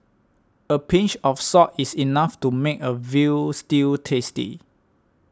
a pinch of salt is enough to make a Veal Stew tasty